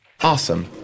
awesome